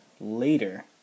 Later